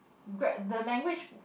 Grab the language